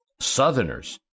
Southerners